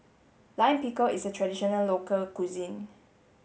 Lime Pickle is a traditional local cuisine